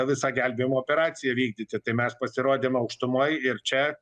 visą gelbėjimo operaciją vykdyti tai mes pasirodėm aukštumoj ir čia